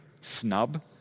snub